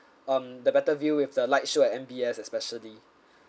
um the better view with the light show at M_B_S especially